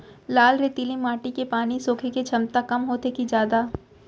लाल रेतीली माटी के पानी सोखे के क्षमता कम होथे की जादा?